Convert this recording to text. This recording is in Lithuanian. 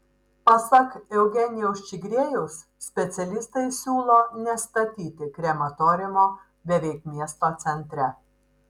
pasak eugenijaus čigriejaus specialistai siūlo nestatyti krematoriumo beveik miesto centre